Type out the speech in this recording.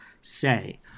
say